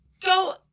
go